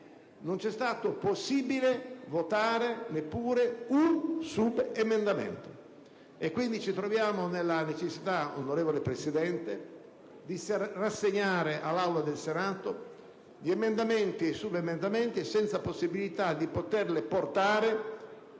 non ci è stato possibile votare neppure un subemendamento. Quindi, ci troviamo nella necessità, signor Presidente, di rassegnare all'Aula del Senato gli emendamenti e i subemendamenti senza possibilità di portare